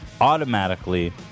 automatically